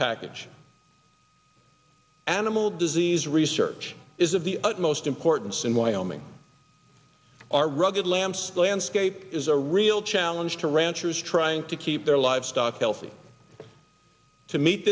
package animal disease research is of the utmost importance in wyoming our rugged lamps landscape is a real challenge to ranchers trying to keep their livestock healthy to meet